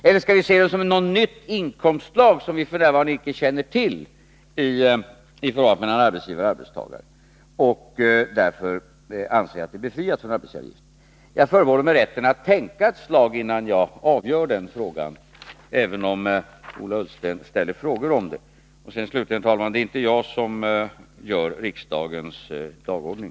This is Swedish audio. Eller skall vi se den som ett nytt inkomstslag, som vi f. n. inte känner till i förhållandet mellan arbetsgivare och arbetstagare, och därför anse att den skall vara befriad från arbetsgivaravgift? Jag förbehåller mig rätten att tänka ett slag innan jag avgör det, även om Ola Ullsten ställer frågor om detta. Slutligen, herr talman: Det är inte jag som gör riksdagens dagordning.